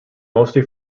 mostly